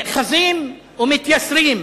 נאחזים ומתייסרים.